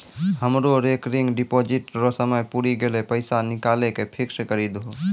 हमरो recurring deposit रो समय पुरी गेलै पैसा निकालि के फिक्स्ड करी दहो